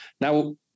Now